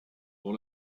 dont